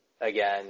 again